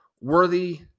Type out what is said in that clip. Worthy